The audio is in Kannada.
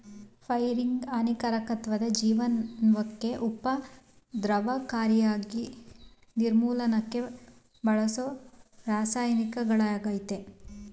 ಪೈರಿಗೆಹಾನಿಕಾರಕ್ವಾದ ಜನಜೀವ್ನಕ್ಕೆ ಉಪದ್ರವಕಾರಿಯಾದ್ಕೀಟ ನಿರ್ಮೂಲನಕ್ಕೆ ಬಳಸೋರಾಸಾಯನಿಕಗಳಾಗಯ್ತೆ